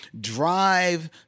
drive